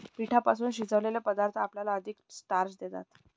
पिठापासून शिजवलेले पदार्थ आपल्याला अधिक स्टार्च देतात